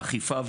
האכיפה,